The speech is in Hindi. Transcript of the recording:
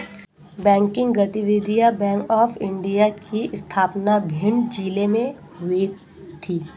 बैंकिंग गतिविधियां बैंक ऑफ इंडिया की स्थापना भिंड जिले में हुई थी